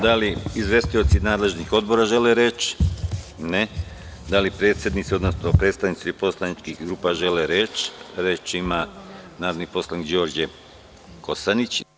Da li izvestioci nadležnih odbora žele reč? (Ne) Da li predsednici, odnosno predstavnici poslaničkih grupa žele reč? (Da) Reč ima narodni poslanik Đorđe Kosanić.